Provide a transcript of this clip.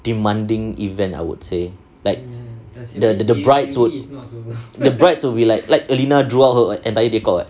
demanding event I would say like the the brides will the brides will be like like alina throughout her entire decor